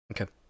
Okay